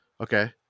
okay